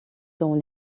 dans